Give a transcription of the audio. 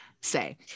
say